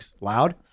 loud